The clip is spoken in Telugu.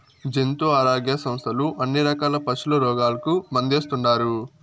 జంతు ఆరోగ్య సంస్థలు అన్ని రకాల పశుల రోగాలకు మందేస్తుండారు